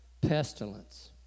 Pestilence